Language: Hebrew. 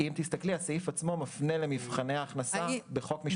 הסעיף עצמו מפנה למבחני הכנסה בחוק משפחות.